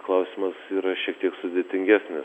klausimas yra šiek tiek sudėtingesnis